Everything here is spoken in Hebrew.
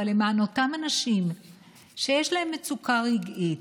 אבל למען אותם אנשים שיש להם מצוקה רגעית,